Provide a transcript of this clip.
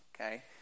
okay